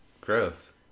Gross